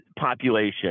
population